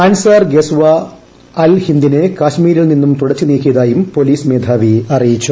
അൻസാർ ഗസ്വാദ് അൽ ഹിന്ദിനെ കാശ്മീരിൽ നിന്നും തുടച്ചു നീക്കിയതായും പൊലീസ് മേധാവീ അറിയിച്ചു